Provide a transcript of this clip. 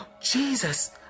Jesus